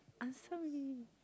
answer me